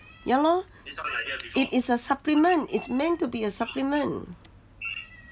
ya lor it is a supplement it's meant to be a supplement